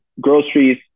groceries